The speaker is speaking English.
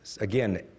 Again